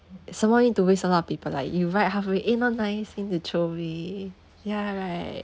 some more need to waste a lot of paper like you write halfway eh not nice then you throw away ya right